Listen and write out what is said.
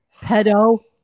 Pedo